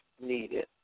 needed